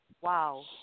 wow